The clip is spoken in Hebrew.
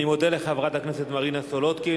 אני מודה לחברת הכנסת מרינה סולודקין.